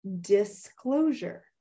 disclosure